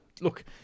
look